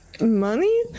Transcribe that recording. Money